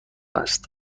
است